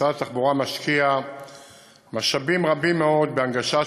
משרד התחבורה משקיע משאבים רבים מאוד בהנגשת